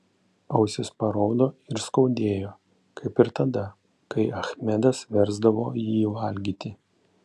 ausis paraudo ir skaudėjo kaip ir tada kai achmedas versdavo jį valgyti